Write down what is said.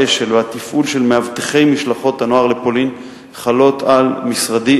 האש"ל והתפעול של מאבטחי משלחות הנוער לפולין חלות על משרדי.